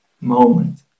moment